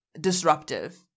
disruptive